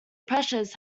pressures